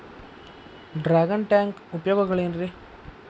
Dragon tank ಉಪಯೋಗಗಳೆನ್ರಿ?